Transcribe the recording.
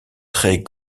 très